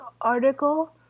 article